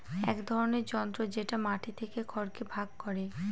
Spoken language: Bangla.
এক ধরনের যন্ত্র যেটা মাটি থেকে খড়কে ভাগ করে